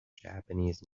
japanese